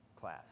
class